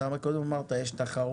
קודם אמרת, יש תחרות.